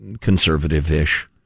conservative-ish